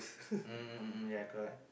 mm ya correct